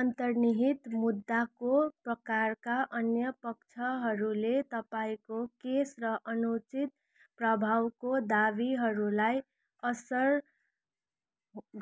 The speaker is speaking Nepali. अन्तर्निहित मुद्दाको प्रकारका अन्य पक्षहरूले तपाईँको केस र अनुचित प्रभावको दाबीहरूलाई असर